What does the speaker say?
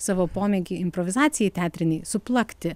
savo pomėgį improvizacijai teatrinei suplakti